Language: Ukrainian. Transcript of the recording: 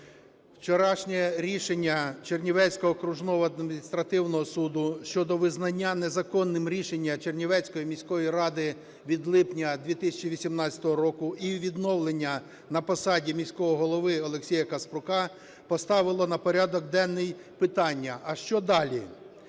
вчорашнє рішення Чернівецького окружного адміністративного суду щодо визнання незаконним рішення Чернівецької міської ради від липня 2018 року і відновлення на посаді міського голови Олексія Каспрука поставило на порядок денний питання: а що далі?